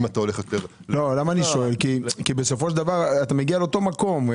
אני שואל כי בסופו של דבר אתה מגיע לאותו מקום.